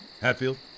Hatfield